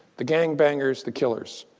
the gangbangers, the killers.